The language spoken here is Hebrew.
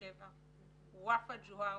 בת 27. וואפה ג'והר,